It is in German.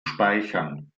speichern